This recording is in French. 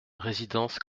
résidence